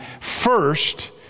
first